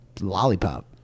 lollipop